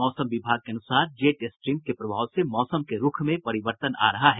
मौसम विभाग के अनुसार जेट स्ट्रीम के प्रभाव से मौसम के रूख में परिवर्तन आ रहा है